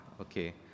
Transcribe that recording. Okay